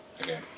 Okay